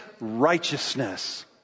righteousness